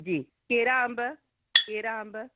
जी कहिड़ा अंब कहिड़ा अंब